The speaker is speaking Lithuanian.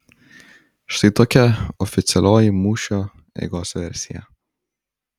štai tokia oficialioji mūšio eigos versija